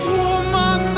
woman